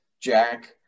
Jack